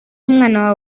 umwana